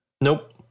Nope